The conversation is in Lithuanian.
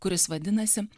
kuris vadinasi